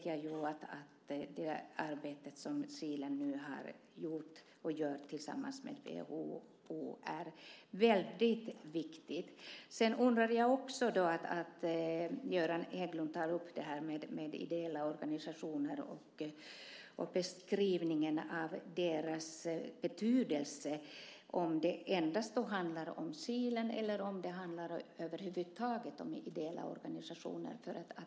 Jag vet att det arbete som Kilen har gjort och gör tillsammans med WHO är väldigt viktigt. Göran Hägglund tar upp ideella organisationer och beskrivningen av deras betydelse. Handlar det då endast om Kilen? Handlar det över huvud taget om ideella organisationer?